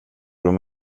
dem